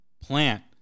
Plant